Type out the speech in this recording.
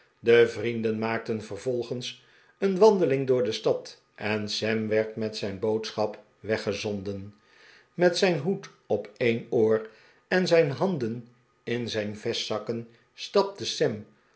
de vrienden maakten vervolgens een wandeling door de stad en sam werd met zijn boodschap weggezonden met zijn hoed op een oor en zijn handen in zijn yestzakken stapte sam